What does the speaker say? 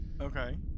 Okay